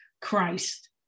Christ